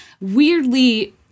weirdly